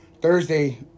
Thursday